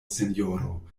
sinjoro